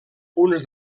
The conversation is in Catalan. punts